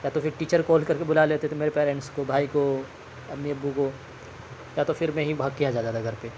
یا تو پھر ٹیچر کال کر کے بلا لیتے تھے میرے پیرینٹس کو بھائی کو امی ابو کو یا تو پھر میں ہی بھاگ کے آ جاتا تھا گھر پہ